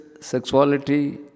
sexuality